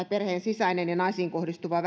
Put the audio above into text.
perheen sisäistä ja naisiin kohdistuvaa